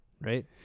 Right